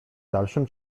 dalszym